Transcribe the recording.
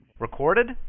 Recorded